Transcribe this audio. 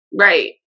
right